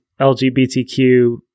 lgbtq